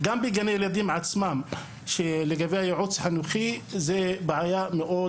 גם בגני ילדים עצמם שלגבי הייעוץ חינוכי זה בעיה מאוד